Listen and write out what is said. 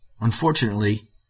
Unfortunately